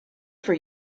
for